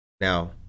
Now